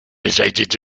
resided